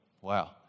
Wow